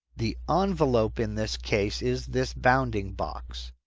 the envelope, in this case, is this bounding box.